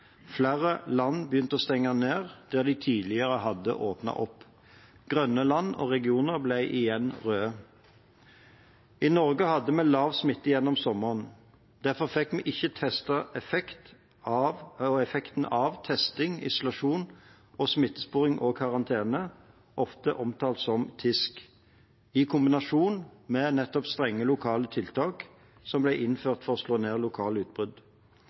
Flere land begynte å stenge ned – der de tidligere hadde åpnet opp. Grønne land og regioner ble igjen røde. I Norge hadde vi lav smitte gjennom sommeren. Derfor fikk vi ikke testet effekten av testing, isolasjon, smittesporing og karantene, ofte omtalt som TISK, i kombinasjon med nettopp strenge lokale tiltak som ble innført for å slå ned lokale utbrudd.